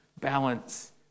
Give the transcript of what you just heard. balance